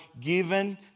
given